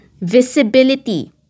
visibility